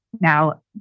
now